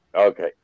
Okay